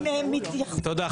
תודה.